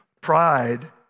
Pride